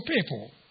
people